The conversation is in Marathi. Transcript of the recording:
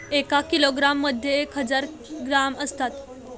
एका किलोग्रॅम मध्ये एक हजार ग्रॅम असतात